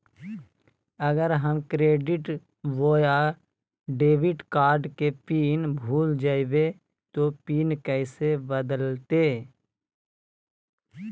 अगर हम क्रेडिट बोया डेबिट कॉर्ड के पिन भूल जइबे तो पिन कैसे बदलते?